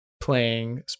playing